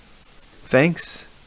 Thanks